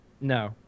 No